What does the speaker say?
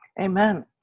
Amen